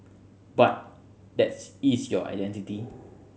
but that's is your identity